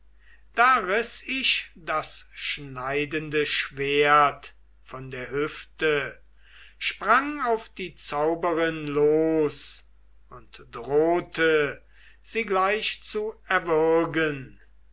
da riß ich das schneidende schwert von der hüfte sprang auf die zauberin los und drohte sie gleich zu erwürgen